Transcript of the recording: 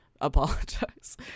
apologize